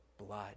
blood